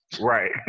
right